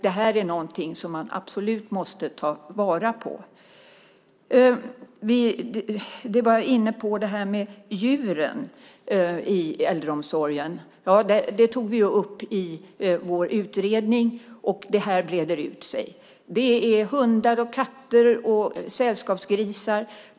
Det är något som man absolut måste ta vara på. Vi var inne på djuren i äldreomsorgen. Det tog vi upp i vår utredning, och det breder ut sig. Det är hundar, katter och sällskapsgrisar.